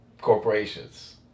corporations